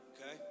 okay